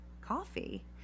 coffee